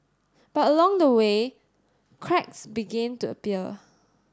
but along the way cracks began to appear